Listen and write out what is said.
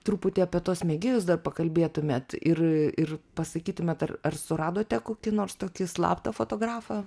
truputį apie tuos mėgėjus dar pakalbėtumėt ir ir pasakytumėt ar ar suradote kokį nors tokį slaptą fotografą